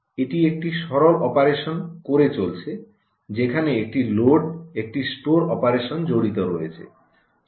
এটি একটি সরল অপারেশন করে চলেছে যেখানে একটি লোড একটি স্টোর অপারেশন জড়িত রয়েছে